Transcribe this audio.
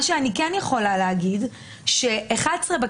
מה שאני יכולה להגיד זה ש-11 מתוך 74